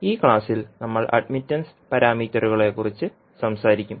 ഈ ക്ലാസ്സിൽ നമ്മൾ അഡ്മിറ്റൻസ് പാരാമീറ്ററുകളെക്കുറിച്ച് സംസാരിക്കും